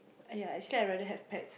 yeah actually I rather have pets